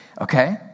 okay